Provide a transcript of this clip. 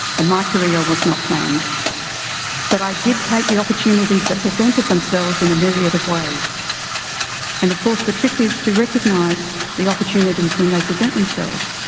and my career was not planned but i did take the opportunities that presented themselves in a myriad of ways and of course the trick is to recognize the opportunities when they present themselves,